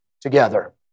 together